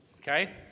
Okay